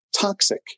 toxic